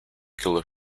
killer